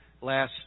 last